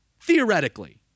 Theoretically